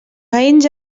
veïns